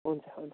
हुन्छ हुन्छ